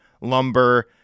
Lumber